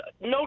no